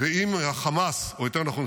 ואם חמאס, או יותר נכון חיזבאללה,